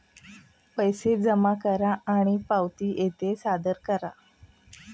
पैसे जमा करा आणि पावती येथे सादर करा